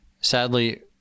Sadly